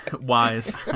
wise